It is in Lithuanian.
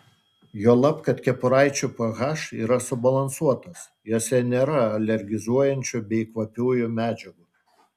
juolab kad kepuraičių ph yra subalansuotas jose nėra alergizuojančių bei kvapiųjų medžiagų